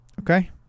Okay